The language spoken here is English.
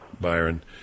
Byron